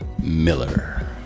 Miller